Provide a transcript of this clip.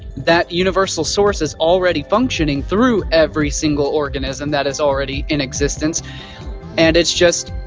that universal source is already functioning through every single organism that is already in existence and it's just.